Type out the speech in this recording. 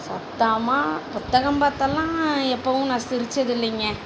சத்தமாக புத்தகம் பார்த்தெல்லாம் எப்போவும் நான் சிரிச்சதில்லைங்க